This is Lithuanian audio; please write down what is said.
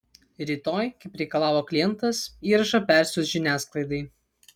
rytoj kaip reikalavo klientas įrašą persiųs žiniasklaidai